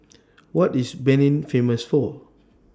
What IS Benin Famous For